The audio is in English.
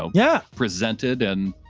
ah yeah presented and,